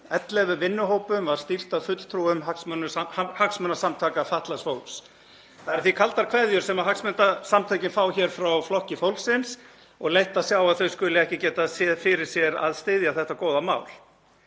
11 vinnuhópum var stýrt af fulltrúum hagsmunasamtaka fatlaðs fólks. Það eru því kaldar kveðjur sem hagsmunasamtökin fá frá Flokki fólksins og leitt að sjá að þau skuli ekki geta séð fyrir sér að styðja þetta góða mál.